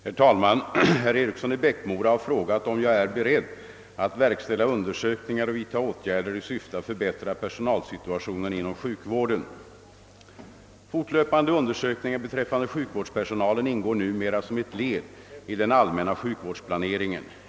Herr talman! Herr Eriksson i Bäckmora har frågat om jag är beredd att verkställa undersökningar och vidta åtgärder i syfte att förbättre personalsituationen inom sjukvården. Fortlöpande undersökningar beträffande sjukvårdspersonalen ingår numera som ett led i den allmänna sjukvårdsplaneringen.